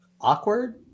awkward